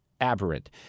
aberrant